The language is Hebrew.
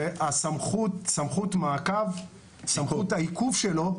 וסמכות העיכוב שלו,